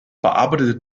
bearbeitete